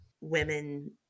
women